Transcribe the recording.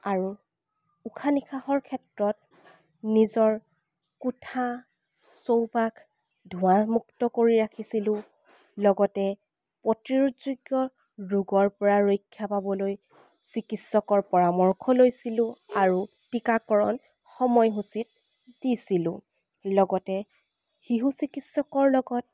আৰু উশাহ নিশাহৰ ক্ষেত্ৰত নিজৰ কোঠা চৌপাশ ধোঁৱামুক্ত কৰি ৰাখিছিলোঁ লগতে প্ৰতিৰোধযোগ্য় ৰোগৰ পৰা ৰক্ষা পাবলৈ চিকিৎসকৰ পৰামৰ্শ লৈছিলোঁ আৰু টীকাকৰণ সময়সূচীত দিছিলোঁ লগতে শিশু চিকিৎসকৰ লগত